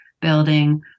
building